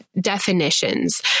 definitions